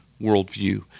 worldview